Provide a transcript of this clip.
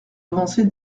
avancée